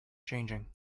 changing